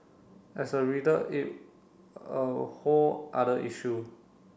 as a reader it a whole other issue